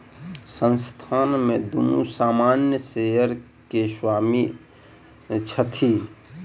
संस्थान में दुनू सामान्य शेयर के स्वामी छथि